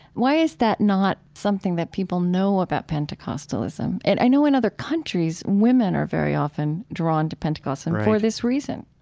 why is that not something that people know about pentecostalism? and i know, in other countries, women are very often drawn to pentecostalism for this reason